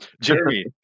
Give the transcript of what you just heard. Jeremy